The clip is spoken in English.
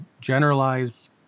generalize